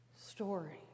story